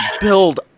build